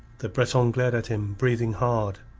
the breton glared at him, breathing hard.